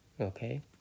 okay